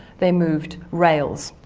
they moved rails,